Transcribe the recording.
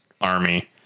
army